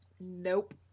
nope